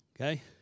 Okay